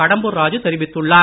கடம்பூர் ராஜு தெரிவித்துள்ளார்